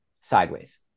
sideways